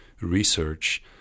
research